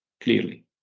Clearly